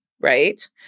right